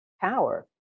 power